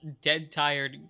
dead-tired